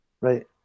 Right